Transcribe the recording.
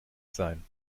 sein